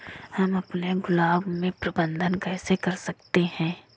हम अपने गुलाब में कीट प्रबंधन कैसे कर सकते है?